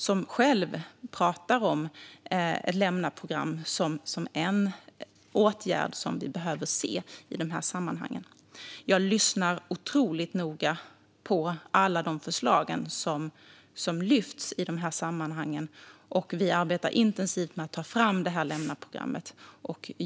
Han talar själv om ett lämnaprogram som en åtgärd som vi behöver se i de här sammanhangen. Jag lyssnar otroligt noga på alla de förslag som lyfts fram i de här sammanhangen. Vi arbetar intensivt med att ta fram lämnaprogrammet.